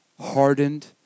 hardened